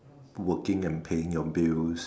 working and paying your bills